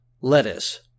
lettuce